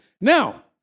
Now